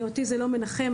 אותי זה לא מנחם,